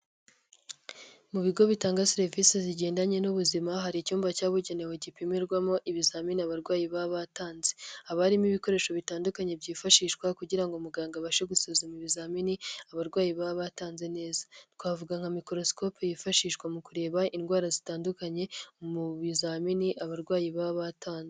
Mu bigo bitanga serivisi zigendanye n'ubuzima hari icyumba cyababugenewe gipimirwamo ibizamini abarwayi baba batanze, haba harimo ibikoresho bitandukanye byifashishwa kugira ngo muganga abashe gusuzuma ibizamini abarwayi baba batanze neza, twavuga nka mikorosikope yifashishwa mu kureba indwara zitandukanye mu bizamini abarwayi baba batanze.